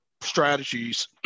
Strategies